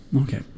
Okay